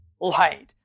light